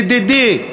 ידידי,